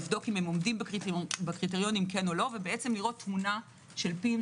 לראות אם הם עומדים בקריטריונים ולראות תמונה של PIMS